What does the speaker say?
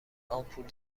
آمپول